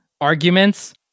arguments